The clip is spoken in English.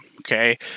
Okay